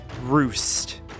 roost